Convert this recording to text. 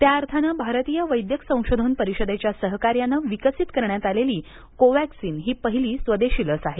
त्या अर्थानं आरतीय वैद्यक संशोधन परिषदेच्या सहकार्यानं विकसित करण्यात आलेली कोवॅक्सिन ही पहिली स्वदेशी लस आहे